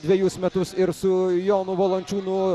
dvejus metus ir su jonu valančiūnu